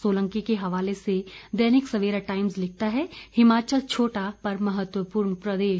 सोलंकी के हवाले से दैनिक सवेरा टाइम्स लिखता है हिमाचल छोटा पर महत्वपूर्ण प्रदेश